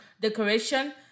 decoration